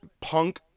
punk